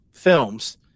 films